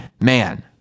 man